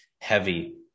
heavy